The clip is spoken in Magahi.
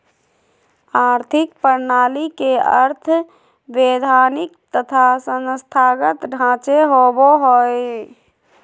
आर्थिक प्रणाली के अर्थ वैधानिक तथा संस्थागत ढांचे होवो हइ